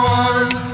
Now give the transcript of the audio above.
one